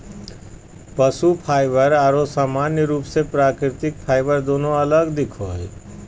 पशु फाइबर आरो सामान्य रूप से प्राकृतिक फाइबर दोनों अलग दिखो हइ